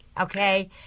okay